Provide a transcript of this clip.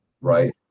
Right